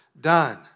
done